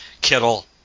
Kittle